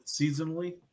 seasonally